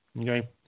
Okay